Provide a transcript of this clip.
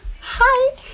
Hi